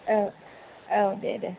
औ दे दे